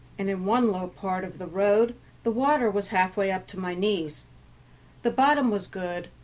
and in one low part of the road the water was halfway up to my knees the bottom was good,